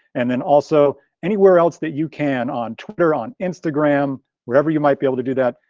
and then also anywhere else that you can, on twitter, on instagram, wherever you might be able to do that.